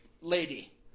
lady